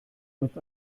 wird